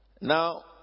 Now